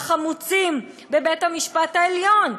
"החמוצים" בבית המשפט העליון,